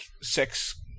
sex